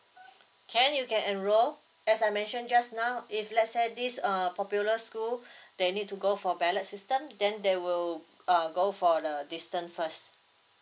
can you can enrol as I mentioned just now if let's say this err popular school they need to go for ballot system then they will err go for the distance first